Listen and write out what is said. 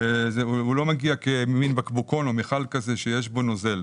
והוא לא מגיע כבקבוקון או מכל שיש בו נוזל.